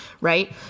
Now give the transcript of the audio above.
right